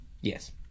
Yes